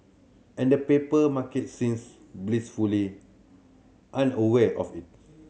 and the paper market seems blissfully unaware of it